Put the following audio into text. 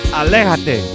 aléjate